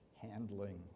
handling